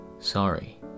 Sorry